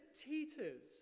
teeters